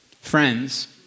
friends